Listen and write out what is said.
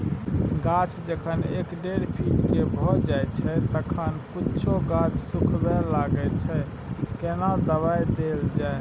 गाछ जब एक डेढ फीट के भ जायछै तखन कुछो गाछ सुखबय लागय छै केना दबाय देल जाय?